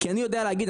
כי אני יודע להגיד,